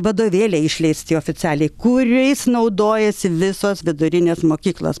vadovėliai išleisti oficialiai kuriais naudojasi visos vidurinės mokyklos